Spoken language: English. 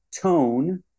tone